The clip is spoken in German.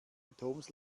atoms